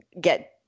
get